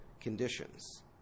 conditions